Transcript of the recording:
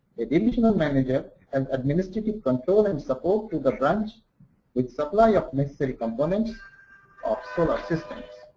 the divisional manager and administrative control and support to the branch with supply of necessary components of solar systems.